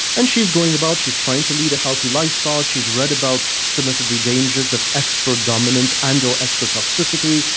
and she's going about, she's trying to lead a healthy lifestyle, she's read about some of of the dangers dangers of estro-dominance and or estra-toxicity,